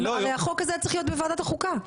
הרי החוק הזה צריך להיות בוועדת החוקה,